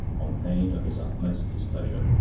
on pain of his utmost displeasure.